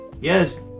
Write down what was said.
Yes